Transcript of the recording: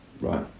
right